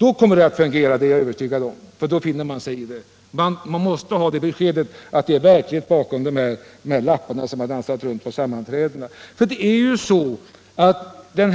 Jag är övertygad om att det då kommer att fungera. Då finner man sig i det. Man måste ha beskedet att det ligger verklighet bakom de lappar som dansat runt på sammanträdena. Det